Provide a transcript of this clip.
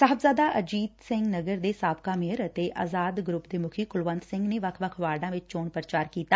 ਸਾਬਿਹਜ਼ਾਦਾ ਅਜੀਤ ਸਿੰਘ ਦੇ ਸਾਬਕਾ ਮੇਅਰ ਅਤੇ ਅਜ਼ਾਦ ਗਰੁੱਪ ਦੇ ਮੁਖੀ ਕੁਲਵੰਤ ਸਿੰਘ ਨੇ ਵੱਖ ਵੱਖ ਵਾਰਡਾਂ ਵਿੱਚ ਚੋਣ ਪੁਚਾਰ ਕੀਤਾ